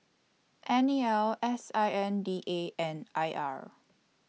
N E L S I N D A and I R